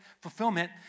fulfillment